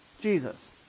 Jesus